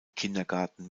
kindergarten